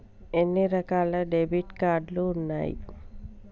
ఎన్ని రకాల debit card ఉన్నాయి?